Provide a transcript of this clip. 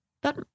But